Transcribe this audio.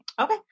Okay